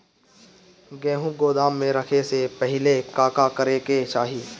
गेहु गोदाम मे रखे से पहिले का का करे के चाही?